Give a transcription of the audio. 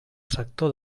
sector